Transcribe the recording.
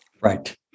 Right